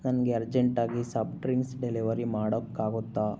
ನನಗೆ ಅರ್ಜೆಂಟಾಗಿ soft drinks delivery ಮಾಡೋಕ್ಕಾಗುತ್ತಾ